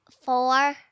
four